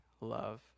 love